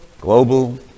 global